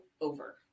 over